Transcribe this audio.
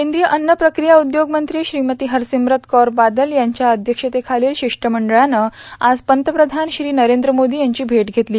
केंद्रीय अन्न प्रकिया उद्योग मंत्री श्रीमती हरसिमरत कौर बादल यांच्या अध्यक्षतेखालील शिष्टमंडळानं आज पंतप्रधान श्री नरेंद्र मोदी यांची भेट घेतली